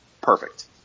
Perfect